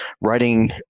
writing